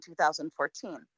2014